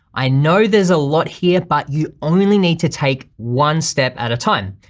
i know there's a lot here but you only need to take one step at a time.